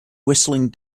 whistling